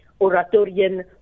oratorian